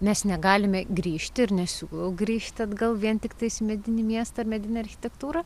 mes negalime grįžti ir nesiūlau grįžti atgal vien tiktais į medinį miestą ir medinę architektūrą